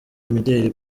imideli